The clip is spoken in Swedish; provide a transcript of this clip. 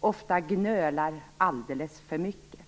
ofta gnölar alldeles för mycket.